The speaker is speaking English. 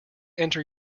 enter